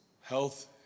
health